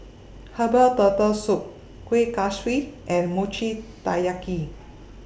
Herbal Turtle Soup Kueh Kaswi and Mochi Taiyaki